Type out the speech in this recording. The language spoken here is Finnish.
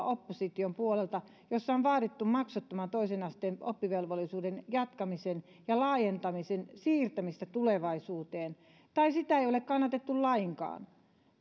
opposition puolelta tiukkaa keskustelua jossa on vaadittu maksuttoman toisen asteen oppivelvollisuuden jatkamisen ja laajentamisen siirtämistä tulevaisuuteen tai sitä ei ole kannatettu lainkaan